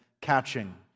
catching